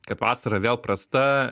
kad vasara vėl prasta